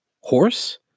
horse